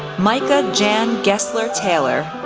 micah jan goessler taylor,